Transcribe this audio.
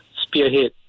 spearhead